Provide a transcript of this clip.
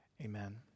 Amen